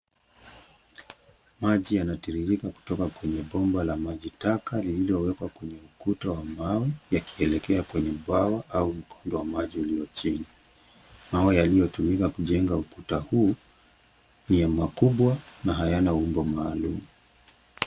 Maji yanatirirka kutoka kwenye bomba la maji-taka lililowekwa kwenye ukuta wa mawe yakielekea kwenye bwawa au mkondo wa maji ulio chini. Mawe yaliyotumika kujenga ukuta huu. ni makubwa na hayana umbo maalumu.